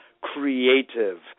creative